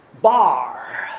bar